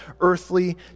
earthly